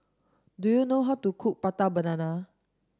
do you know how to cook prata banana